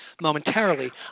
momentarily